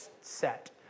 set